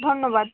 ধন্যবাদ